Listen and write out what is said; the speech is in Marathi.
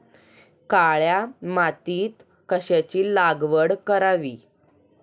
काळ्या मातीत कशाची लागवड करावी?